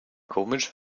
komisch